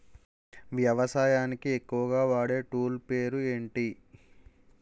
వ్యవసాయానికి ఎక్కువుగా వాడే టూల్ పేరు ఏంటి?